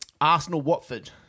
Arsenal-Watford